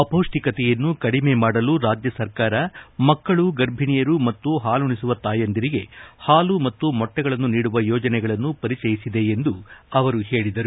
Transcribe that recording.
ಅಪೌಷ್ಟಿಕತೆಯನ್ನು ಕಡಿಮೆ ಮಾಡಲು ರಾಜ್ಯ ಸರ್ಕಾರ ಮಕ್ಕಳು ಗರ್ಭಿಣಿಯರು ಮತ್ತು ಹಾಲುಣಿಸುವ ತಾಯಂದಿರಿಗೆ ಹಾಲು ಮತ್ತು ಮೊಟ್ಟೆಗಳನ್ನು ನೀಡುವ ಯೋಜನೆಗಳನ್ನು ಪರಿಚಯಿಸಿದೆ ಎಂದು ಅವರು ಹೇಳಿದರು